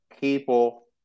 People